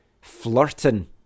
flirting